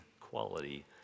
quality